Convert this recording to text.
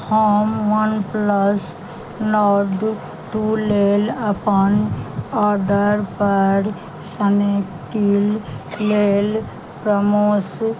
हम OnePlus Nord two लेल अपन ऑर्डरपर सनेकिल लेल प्रमोस